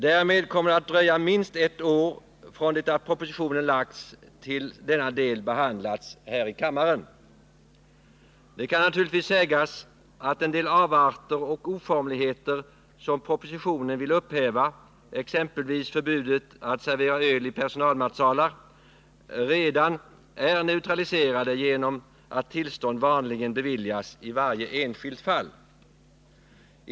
Därmed kommer det att dröja minst ett år från det att propositionen har lagts fram tills denna del har behandlats här i kammaren. Det kan naturligtvis sägas att en del avarter och oformligheter som propositionen ville upphäva, exempelvis förbudet att servera öl i personal 21 matsalar, redan är neutraliserade genom att tillstånd vanligen beviljas i varje enskilt fall.